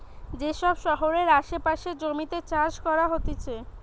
যে সব শহরের আসে পাশের জমিতে চাষ করা হতিছে